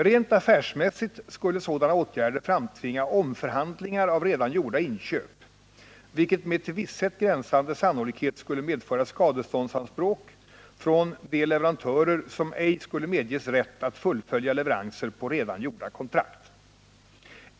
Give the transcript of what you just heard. Rent affärsmässigt skulle sådana åtgärder framtvinga omförhandlingar av redan gjorda inköp, vilket med till visshet gränsande sannolikhet skulle medföra skadeståndsanspråk från de leverantörer som ej skulle medges rätt att fullfölja leveranser enligt redan uppgjorda kontrakt.